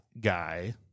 guy